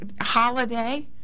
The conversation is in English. holiday